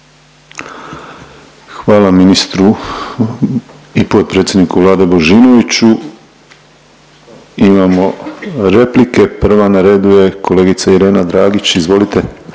Hvala ministru i potpredsjedniku Vlade Božinoviću. Imamo replike, prva na redu je kolegica Irena Dragić. Izvolite.